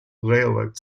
railroad